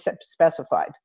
specified